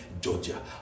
Georgia